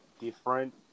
different